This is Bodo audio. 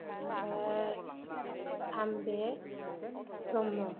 ओमफ्राय आमबे ब्रह्म